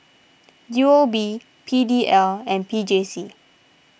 U O B P D L and P J C